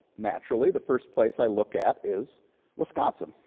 naturally, the first place i look at is wisconsin.